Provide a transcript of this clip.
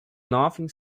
nothing